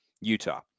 Utah